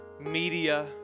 media